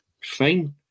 fine